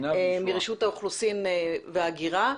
רשות האוכלוסין וההגירה.